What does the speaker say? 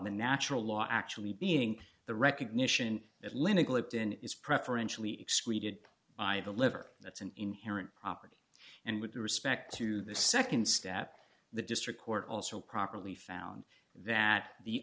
the natural law actually being the recognition that lynagh lived in is preferentially excluded by the liver that's an inherent property and with respect to the nd step the district court also properly found that the